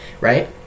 right